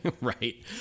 Right